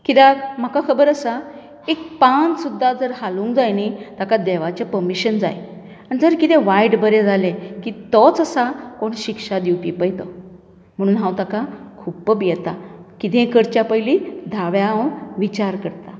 कित्याक म्हाका खबर आसा एक पान सुद्दां जर हालूंक जाय न्ही ताका देवाचें पर्मिशन जाय आनी जर कितें वायट बरें जालें की तोच आसा कोण शिक्षा दिवपी पळय तो म्हणून हांव ताका खूब्ब भियेंता कितेंय करच्या पयली धा वेळां हांव विचार करतां